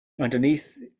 underneath